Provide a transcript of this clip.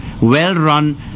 well-run